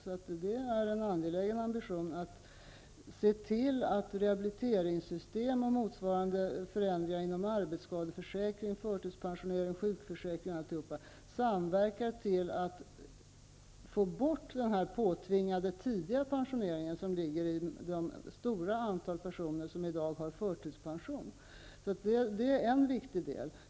Det är därför en angelägen ambition att se till att rehabiliteringssystem och motsvarande förändringar inom arbetsskadeförsäkring, förtidspensionering och sjukförsäkring samverkar till att få bort den påtvingade tidiga pensionering som är orsaken till att ett stort antal personer i dag har förtidspension. Det är en viktig del.